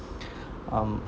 um